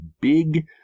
big